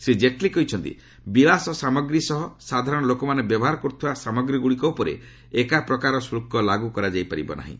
ଶ୍ରୀ ଜେଟ୍ଲୀ କହିଛନ୍ତି ବିଳାସ ସାମଗ୍ରୀ ସହ ସାଧାରଣ ଲୋକମାନେ ବ୍ୟବହାର କରୁଥିବା ସାମଗ୍ରୀଗୁଡ଼ିକ ଉପରେ ଏକାପ୍ରକାର ଶୁଳ୍କ ଲାଗୁ କରାଯାଇପାରିବ ନାହିଁ